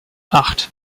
acht